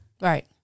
Right